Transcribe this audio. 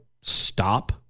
stop